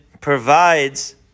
provides